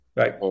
right